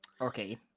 Okay